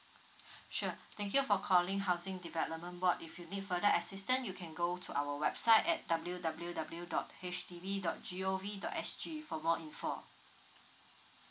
sure thank you for calling housing development board if you need further assistance you can go to our website at W W W dot H D B dot G O V dot S G for more info